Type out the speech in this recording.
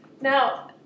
Now